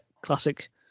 classic